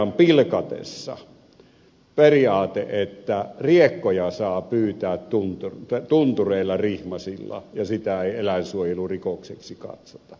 tuomiojan pilkatessa periaate että riekkoja saa tuntureilla pyytää rihmasilla ja sitä ei eläinsuojelurikokseksi katsota